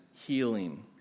healing